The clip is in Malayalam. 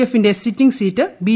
എഫിന്റെ സിറ്റിംഗ് സീറ്റ് ബി